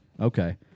Okay